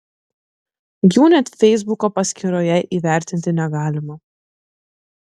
jų net feisbuko paskyroje įvertinti negalima